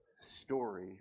story